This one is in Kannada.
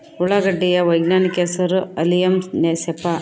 ಉಳ್ಳಾಗಡ್ಡಿ ಯ ವೈಜ್ಞಾನಿಕ ಹೆಸರು ಅಲಿಯಂ ಸೆಪಾ